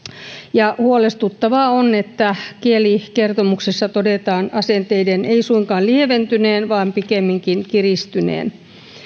ja huolestuttavaa on että kielikertomuksessa todetaan asenteiden ei suinkaan lieventyneen vaan pikemminkin kiristyneen